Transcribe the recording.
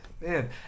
man